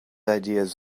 ideas